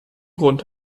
grund